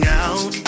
out